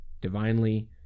divinely